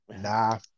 Nah